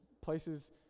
places